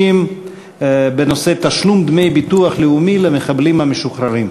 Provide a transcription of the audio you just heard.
150 בנושא: תשלום דמי ביטוח לאומי למחבלים משוחררים.